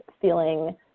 feeling